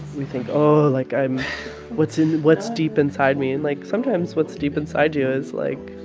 we think, oh, like, i'm what's in what's deep inside me. and, like, sometimes what's deep inside you is, like,